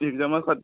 एक्जामा खाथि